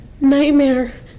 nightmare